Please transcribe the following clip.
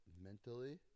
mentally